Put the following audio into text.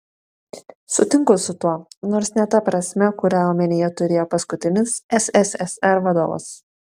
sutinku su tuo nors ne ta prasme kurią omenyje turėjo paskutinis sssr vadovas